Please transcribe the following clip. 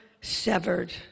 severed